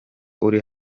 uri